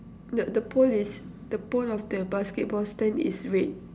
nope the pole is the pole of the basketball stand is red